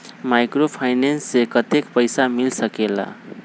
Microfinance से कतेक पैसा मिल सकले ला?